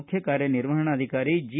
ಮುಖ್ಯ ಕಾರ್ಯನಿರ್ವಾಪಕಾಧಿಕಾರಿ ಜಿ